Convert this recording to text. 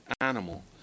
animal